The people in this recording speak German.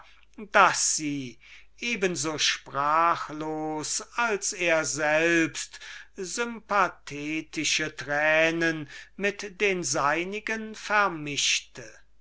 daß sie eben so sprachlos als er selbst sympathetische tränen mit den seinigen vermischte